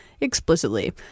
explicitly